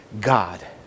God